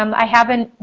um i haven't,